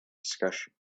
discussion